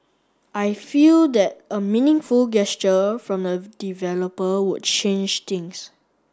I feel that a meaningful gesture from the developer would change things